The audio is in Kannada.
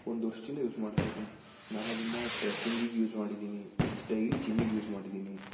ಒಂದು ವರ್ಷ್ದಿಂದ ಯೂಸ್ ಮಾಡ್ತಾ ಇದ್ದೀನಿ ನಾನು ಅದನ್ನು ಟ್ರೆಕ್ಕಿಂಗಿಗೆ ಯೂಸ್ ಮಾಡಿದ್ದೀನಿ ಡೈಲಿ ಜಿಮ್ಮಿಗೆ ಯೂಸ್ ಮಾಡಿದ್ದೀನಿ